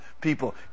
people